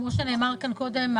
כמו שנאמר כאן קודם,